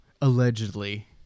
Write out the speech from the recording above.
allegedly